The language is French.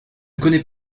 connait